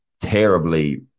terribly